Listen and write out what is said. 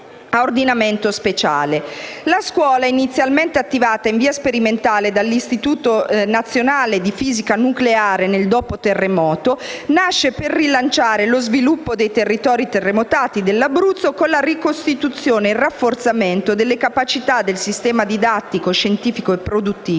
La Scuola, inizialmente attivata in via sperimentale dall'Istituto nazionale di fisica nucleare nel dopo-terremoto, nasce per rilanciare lo sviluppo dei territori terremotati dell'Abruzzo con la ricostituzione e il rafforzamento delle capacità del sistema didattico, scientifico e produttivo,